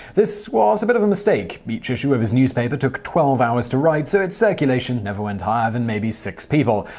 this was a bit of a mistake each issue of his newspaper took twelve hours to write, so its circulation never went higher than maybe six people.